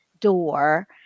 door